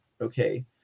Okay